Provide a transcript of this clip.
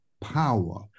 Power